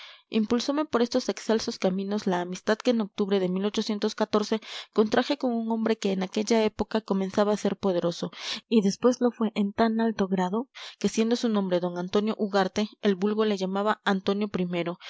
impulsome por estos excelsos caminos la amistad que en octubre de contraje con un hombre que en aquella época comenzaba a ser poderoso y después lo fue en tan alto grado que siendo su nombre d antonio ugarte el vulgo le llamaba antonio